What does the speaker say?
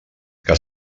que